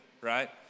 right